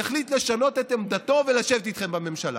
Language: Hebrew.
יחליט לשנות את עמדתו ולשבת איתכם בממשלה,